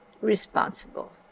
responsible